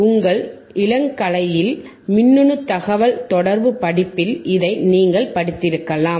உங்கள் இளங்கலையில் மின்னணு தகவல்தொடர்பு படிப்பில் இதை நீங்கள் படித்திருக்கலாம்